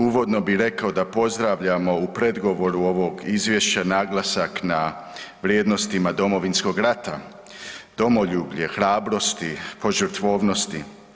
Uvodno bi rekao da pozdravljamo u predgovoru ovog izvješća naglasak na vrijednostima Domovinskog rata, domoljublje, hrabrosti, požrtvovnosti.